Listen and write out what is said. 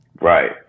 Right